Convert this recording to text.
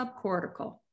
subcortical